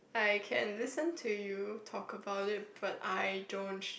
I can listen to you talk about it but I don't